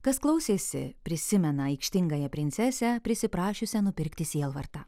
kas klausėsi prisimena aikštingąją princesę prisiprašiusią nupirkti sielvartą